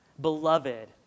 beloved